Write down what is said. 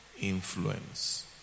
influence